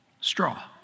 straw